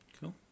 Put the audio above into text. Cool